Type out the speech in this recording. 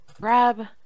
grab